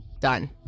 done